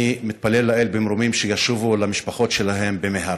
אני מתפלל לאל במרומים שישובו למשפחות שלהם במהרה.